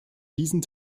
diesen